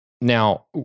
Now